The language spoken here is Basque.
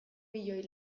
milioi